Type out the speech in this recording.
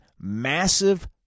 massive